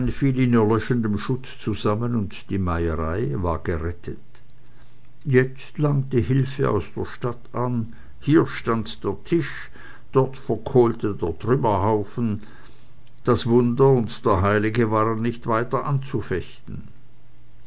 erlöschenden schutt zusammen und die meierei war gerettet jetzt langte die hilfe aus der stadt an hier stand der tisch dort verkohlte der trümmerhaufen das wunder und der heilige waren nicht weiter anzufechten